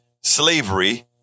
slavery